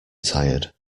tired